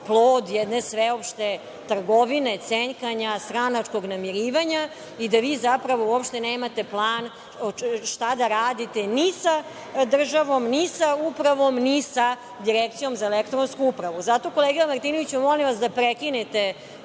plod jedne sveopšte trgovine, cenkanja, stranačkog namirivanja i da vi zapravo uopšte nemate plan šta da radite ni sa državom, ni sa upravom, ni sa Direkcijom za elektronsku upravu. Zato, kolega Martinoviću, molim vas da prekinete